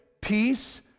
peace